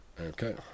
Okay